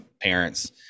parents